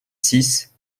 six